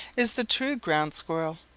is the true ground squirrel.